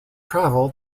travel